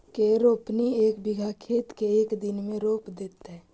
के रोपनी एक बिघा खेत के एक दिन में रोप देतै?